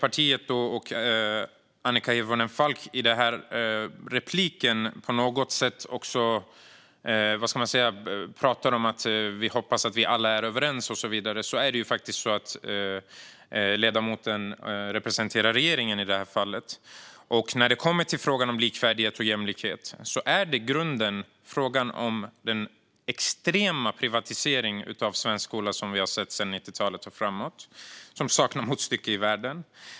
Annika Hirvonen Falk talar i sin replik om att hon och Miljöpartiet hoppas att vi alla är överens och så vidare. Men i det här fallet är det ju faktiskt så att ledamoten representerar regeringen. Frågan om likvärdighet och jämlikhet handlar i grunden om den extrema privatisering av svensk skola som vi sett sedan 90-talet och framåt och som saknar motstycke i världen.